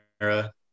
era